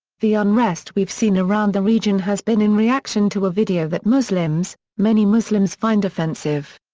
the unrest we've seen around the region has been in reaction to a video that muslims, many muslims find offensive.